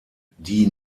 die